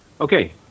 okay